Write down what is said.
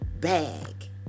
bag